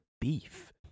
beef